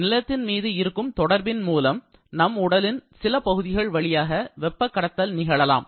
நிலத்தின் மீது இருக்கும் தொடர்பின் மூலம் நம் உடலின் சில பகுதிகள் வழியாக வெப்பக்கடத்தல் நிகழலாம்